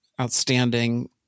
Outstanding